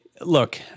look